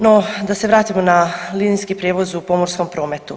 No da se vratimo na linijski prijevoz u pomorskom prometu.